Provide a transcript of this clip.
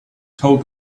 told